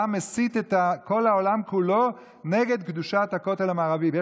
אתה מסית את כל העולם כולו נגד קדושת הכותל המערבי,